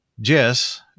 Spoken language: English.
jess